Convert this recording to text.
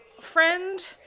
friend